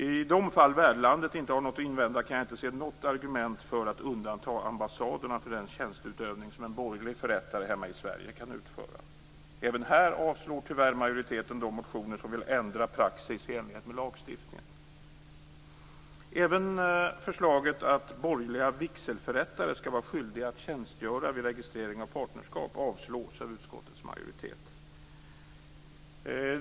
I de fall där inte värdlandet har något att invända kan jag inte se något argument för att undanta ambassaderna från den tjänsteutövning som en borgerlig förrättare hemma i Sverige kan utföra. Även här avslår tyvärr majoriteten de motioner som vill ändra praxis i enlighet med lagstiftningen. Även förslaget att borgerliga vigselförrättare skall vara skyldiga att tjänstgöra vid registrering av partnerskap avslås av utskottets majoritet.